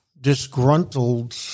disgruntled